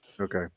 Okay